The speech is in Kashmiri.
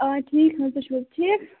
آ ٹھیٖک حظ تُہۍ چھُو حظ ٹھیٖک